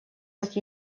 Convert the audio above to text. как